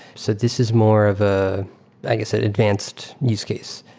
so this is more of ah i guess advanced use case,